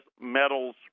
metals